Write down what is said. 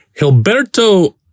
Hilberto